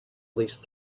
least